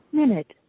minute